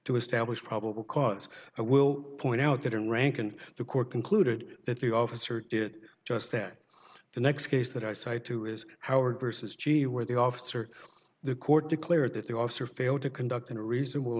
to establish probable cause i will point out that in rank and the court concluded that the officer did just that the next case that i cited to is howard versus g where the officer the court declared that the officer failed to conduct a reasonable